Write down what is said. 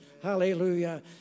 Hallelujah